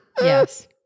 Yes